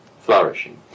flourishing